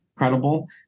incredible